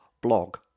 Blog